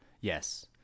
Yes